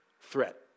threat